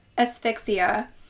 asphyxia